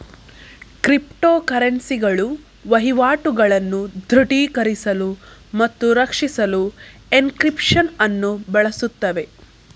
crypto ಕರೆನ್ಸಿಗಳು ವಹಿವಾಟುಗಳನ್ನು ದೃಢೀಕರಿಸಲು ಮತ್ತು ರಕ್ಷಿಸಲು ಎನ್ಕ್ರಿಪ್ಶನ್ ಅನ್ನು ಬಳಸುತ್ತವೆ